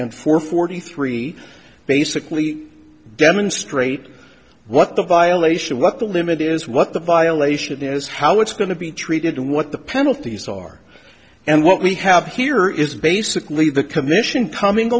and four forty three basically demonstrate what the violation what the limit is what the violation is how it's going to be treated what the penalties are and what we have here is basically the commission coming